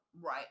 Right